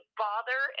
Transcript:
bother